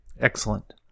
Excellent